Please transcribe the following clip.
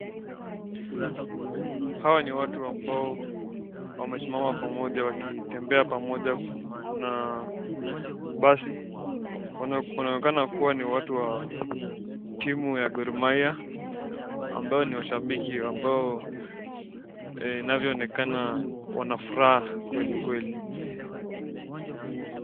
Hawa ni watu ambao wamesimama pamoja, wakitembea pamoja kwa basi. Wanaonekana kuwa ni watu wa timu ya Gor Mahia ambao ni mashabiki, ambao inavyoonekana, wana furaha kwelikweli.